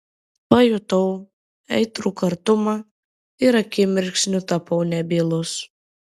pajutau aitrų kartumą ir akimirksniu tapau nebylus